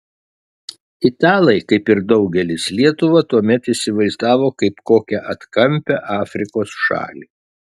italai kaip ir daugelis lietuvą tuomet įsivaizdavo kaip kokią atkampią afrikos šalį